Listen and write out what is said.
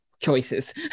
choices